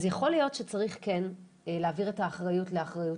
אז יכול להיות שצריך כן להעביר את האחריות לאחריות